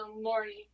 morning